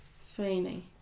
Sweeney